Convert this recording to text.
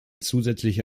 zusätzliche